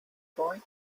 boy